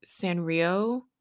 Sanrio